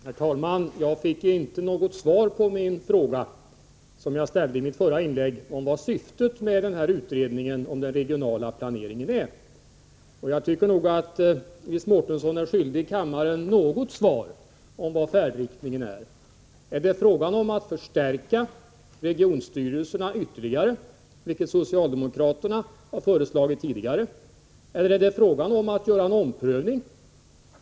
Herr talman! Jag fick inte något svar på den fråga som jag ställde i mitt förra inlägg om vad syftet med denna utredning om den regionala planeringen är. Jag tycker att Iris Mårtensson är skyldig kammaren ett svar i fråga om vilken färdriktningen är. Är det fråga om att förstärka regionstyrelserna ytterligare — vilket socialdemokraterna har föreslagit tidigare — eller är det fråga om att göra en omprövning?